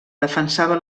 defensava